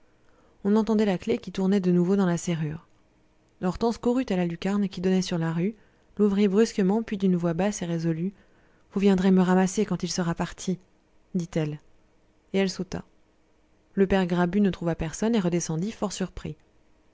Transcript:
on entendait la clef qui tournait de nouveau dans la serrure hortense courut à la lucarne qui donnait sur la rue l'ouvrit brusquement puis d'une voix basse et résolue vous viendrez me ramasser quand il sera parti dit-elle et elle sauta le père grabu ne trouva personne et redescendit fort surpris